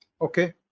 Okay